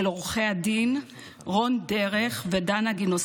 לאחר עמל רב של שנה וחצי אני זוכה להעביר עם